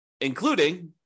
including